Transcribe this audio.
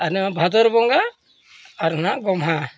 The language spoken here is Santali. ᱟᱨ ᱱᱚᱣᱟ ᱵᱷᱟᱫᱚᱨ ᱵᱚᱸᱜᱟ ᱟᱨ ᱦᱟᱸᱜ ᱜᱳᱢᱦᱟ